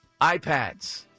iPads